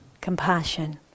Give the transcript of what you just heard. compassion